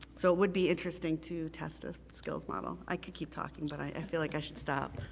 so it would be interesting to test a skills model. i could keep talking, but i feel like i should stop.